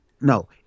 No